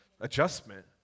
adjustment